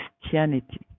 christianity